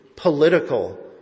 political